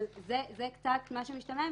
אבל זה מה שמשתמע מפה,